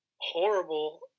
horrible